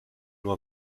nur